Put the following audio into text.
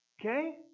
Okay